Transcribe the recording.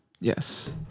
Yes